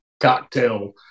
Cocktail